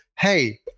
hey